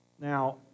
Now